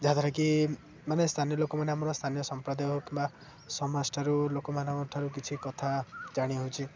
ଯାହାଦ୍ୱାରା କି ମାନେ ସ୍ଥାନୀୟ ଲୋକମାନେ ଆମର ସ୍ଥାନୀୟ ସମ୍ପ୍ରଦାୟ କିମ୍ବା ସମାଜଠାରୁ ଲୋକମାନଙ୍କଠାରୁ କିଛି କଥା ଜାଣି ହେଉଛି